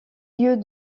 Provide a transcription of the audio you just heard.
lieux